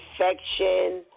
infection